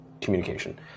Communication